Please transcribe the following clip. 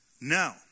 No